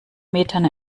metern